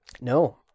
no